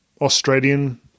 Australian